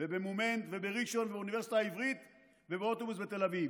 ובמומנט ובראשון ובאוניברסיטה העברית ובאוטובוס בתל אביב,